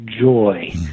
joy